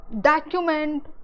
document